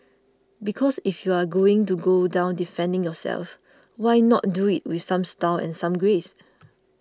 because if you are going to go down defending yourself why not do it with some style and some grace